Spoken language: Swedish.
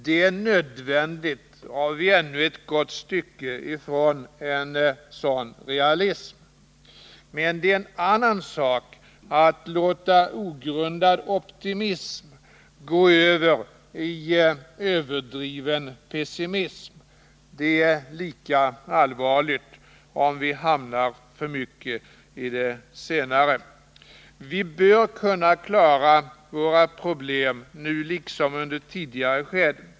Det är nödvändigt och vi är ännu ett gott stycke ifrån en sådan realism. Men det är en annan sak att låta ogrundad optimism gå över i överdriven pessimism. Det är lika allvarligt om vi hamnar för mycket i det senare. Vi bör nu liksom under tidigare skeden kunna klara våra problem.